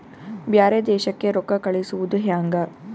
ಬ್ಯಾರೆ ದೇಶಕ್ಕೆ ರೊಕ್ಕ ಕಳಿಸುವುದು ಹ್ಯಾಂಗ?